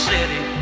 City